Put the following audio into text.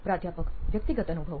પ્રાધ્યાપક વ્યક્તિગત અનુભવ